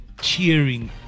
cheering